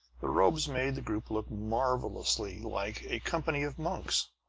the robes made the group look marvelously like a company of monks.